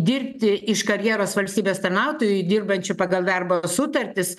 dirbti iš karjeros valstybės tarnautoju dirbančiu pagal darbo sutartis